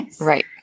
Right